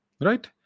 right